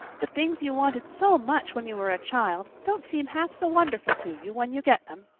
the things you wanted so much when you were a child don't seem half so wonderful to you when you get them.